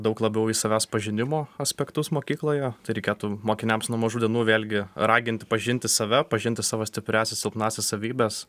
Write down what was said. daug labiau į savęs pažinimo aspektus mokykloje tai reikėtų mokiniams nuo mažų dienų vėlgi raginti pažinti save pažinti savo stipriąsias silpnąsias savybes